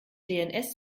dns